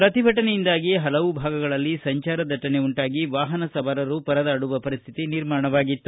ಪ್ರತಿಭಟನೆಯಿಂದಾಗಿ ಪಲವು ಭಾಗಗಳಲ್ಲಿ ಸಂಚಾರ ದಟ್ಷಣೆ ಉಂಟಾಗಿ ವಾಹನ ಸವಾರರು ಪರದಾಡುವ ಪರಿಸ್ಥಿತಿ ನಿರ್ಮಾಣವಾಗಿತ್ತು